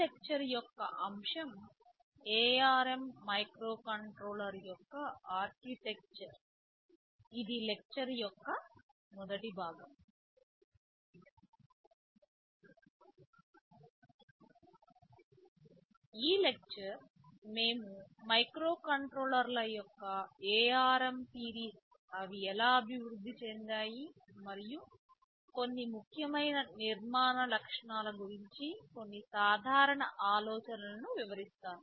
ఈ లెక్చర్ యొక్క అంశం ARM మైక్రోకంట్రోలర్ యొక్క ఆర్కిటెక్చర్ ఇది లెక్చర్ యొక్క మొదటి భాగం ఈ లెక్చర్ మేము మైక్రోకంట్రోలర్ల యొక్క ARM సిరీస్ అవి ఎలా అభివృద్ధి చెందాయి మరియు కొన్ని ముఖ్యమైన నిర్మాణ లక్షణాల గురించి కొన్ని సాధారణ ఆలోచనలను వివరిస్తాను